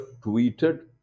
tweeted